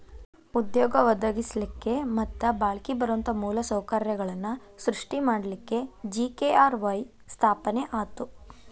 ಉದ್ಯೋಗ ಒದಗಸ್ಲಿಕ್ಕೆ ಮತ್ತ ಬಾಳ್ಕಿ ಬರುವಂತ ಮೂಲ ಸೌಕರ್ಯಗಳನ್ನ ಸೃಷ್ಟಿ ಮಾಡಲಿಕ್ಕೆ ಜಿ.ಕೆ.ಆರ್.ವಾಯ್ ಸ್ಥಾಪನೆ ಆತು